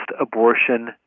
abortion